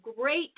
Great